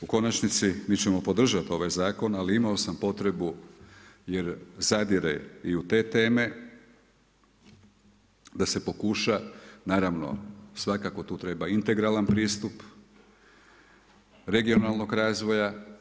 U konačnici mi ćemo podržati ovaj zakon ali imao sam potrebu jer zadire i u te teme da se pokuša naravno, svakako tu treba integralan pristup regionalnog razvoja.